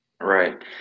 right